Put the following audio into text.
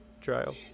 trial